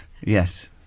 Yes